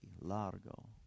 largo